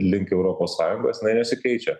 link europos sąjungos jinai nesikeičia